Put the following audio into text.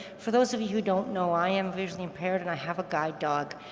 for those of you don't know i am visually impaired and i have a guide dog,